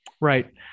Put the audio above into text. Right